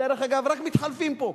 דרך אגב, רק מתחלפים פה.